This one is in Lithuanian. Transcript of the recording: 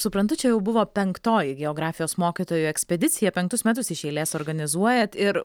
suprantu čia jau buvo penktoji geografijos mokytojų ekspedicija penktus metus iš eilės organizuojat ir